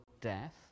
death